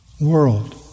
world